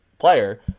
player